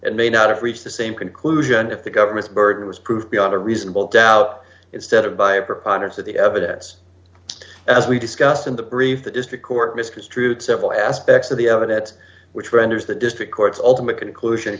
and may not have reached the same conclusion if the government's burden was proved beyond a reasonable doubt instead of by a preponderance of the evidence as we discussed in the brief the district court misconstrued several aspects of the evidence which renders the district court's ultimate conclusion